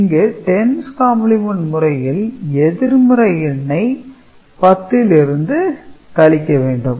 இங்கு 10's complement முறையில் எதிர்மறை எண்ணை 10 லிருந்து கழிக்க வேண்டும்